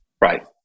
Right